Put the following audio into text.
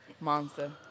Monster